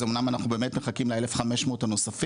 זה אמנם אנחנו באמת מחכים ל-1,500 הנוספים,